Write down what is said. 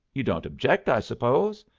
you don't object, i suppose?